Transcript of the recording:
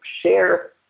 share